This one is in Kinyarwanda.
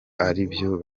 abariho